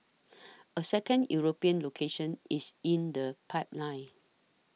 a second European location is in the pipeline